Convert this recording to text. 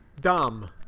Dumb